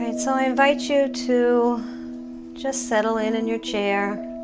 i so invite you to just settle in in your chair